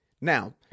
Now